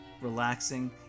relaxing